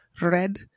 red